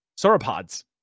sauropods